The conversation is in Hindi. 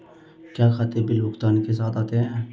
क्या खाते बिल भुगतान के साथ आते हैं?